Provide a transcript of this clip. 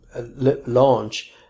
launch